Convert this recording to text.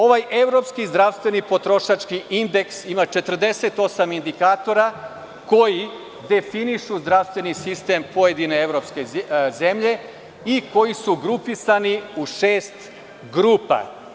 Ovaj Evropski zdravstveni potrošački indeks ima 48 indikatora koji definišu zdravstveni sistem pojedinih evropskih zemlji i grupisani su u šest grupa.